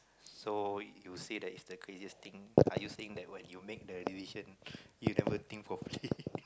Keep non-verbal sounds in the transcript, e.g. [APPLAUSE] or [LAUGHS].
so you say that it's the craziest thing so are you saying that what you make the decision you never think properly [LAUGHS]